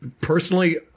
personally